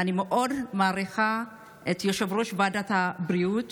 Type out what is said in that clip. ואני מאוד מעריכה את יושב-ראש ועדת הבריאות